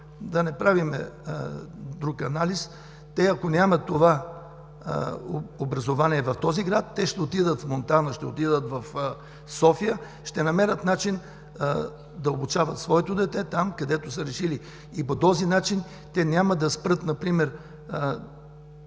да не правим друг анализ, ако няма това образование в този град, ще отидат в Монтана, ще отидат в София. Ще намерят начин да обучават своето дете там, където са решили. По този начин няма да спрат например